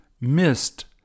missed